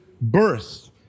birth